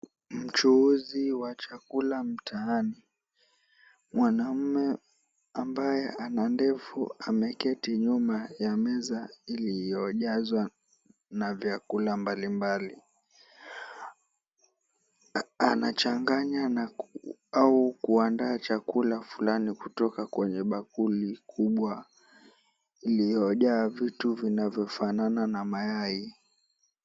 Mchuuzi wa chakula mtaani mwanamume ambaye ana ndevu ameketi nyuma ya meza iliyojazwa na vyakula mbalimbali. Anachanganya au kuandaa chakula fulani kutoka kwenye bakuli kubwa iliyojaa vitu vinavyofanana na mayai.